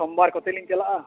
ᱥᱳᱢᱵᱟᱨ ᱠᱚᱛᱮ ᱞᱤᱧ ᱪᱟᱞᱟᱜᱼᱟ